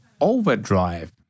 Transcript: overdrive